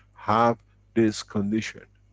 have this condition.